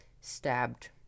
stabbed